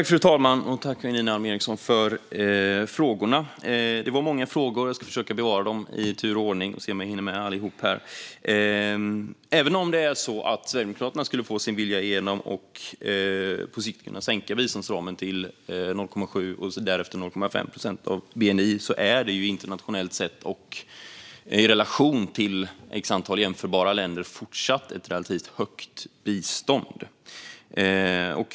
Fru talman! Tack, Janine Alm Ericson, för frågorna! Det var många frågor, och jag ska försöka besvara dem i tur och ordning och se om jag hinner med allihop. Även om Sverigedemokraterna skulle få sin vilja igenom och på sikt kunna sänka biståndsramen till 0,7 procent och därefter till 0,5 procent av bni är det internationellt sett och i relation till ett antal jämförbara länder fortsatt ett relativt högt bistånd.